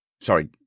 Sorry